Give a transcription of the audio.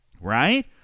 right